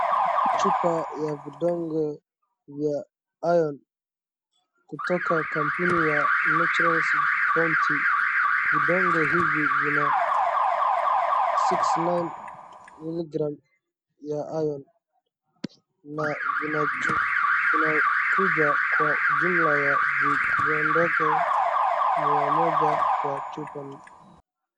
Chupa ya vidonge vya iron kutoka kampuni ya Nature's Bounty. Vidonge hivi vina six nine milligram ya iron na vinakuja kwa jumla ya vidonge mia moja kwa chupa.